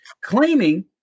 claiming